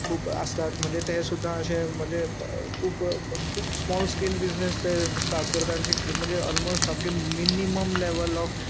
खूब आसतात म्हणजे ते सुद्दा अशे म्हणजे खूब खूब स्मॉल स्केल बिजनेस ते स्टार्ट करता आ म्हणजे ऑलमोस्ट सामकें मिनीमम लेवल ऑफ